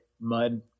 mud